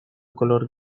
color